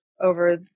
over